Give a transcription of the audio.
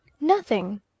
Nothing